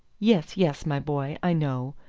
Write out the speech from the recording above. yes, yes, my boy, i know.